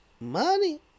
Money